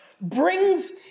brings